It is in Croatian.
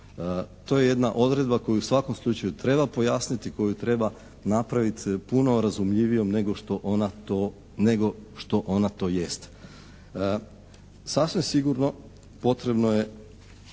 To je jedna odredba koju u svakom slučaju treba pojasniti, koju treba napraviti puno razumljivijom nego što ona to jest. Sasvim sigurno potrebno je